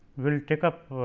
will take up